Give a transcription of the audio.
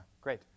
great